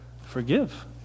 forgive